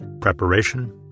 Preparation